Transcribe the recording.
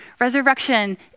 Resurrection